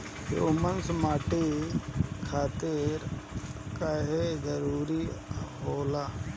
Humus माटी खातिर काहे जरूरी होला?